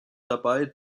dabei